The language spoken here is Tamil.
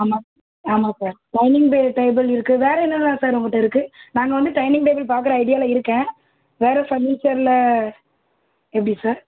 ஆமாம் ஆமாம் சார் டைனிங் டே டேபிள் இருக்குது வேற என்னென்னலாம் சார் உங்ககிட்ட இருக்குது நாங்கள் வந்து டைனிங் டே டேபிள் பார்க்குற ஐடியாவில இருக்கேன் வேற ஃபர்னிச்சர்ல எப்படி சார்